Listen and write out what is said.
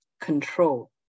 control